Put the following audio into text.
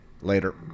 later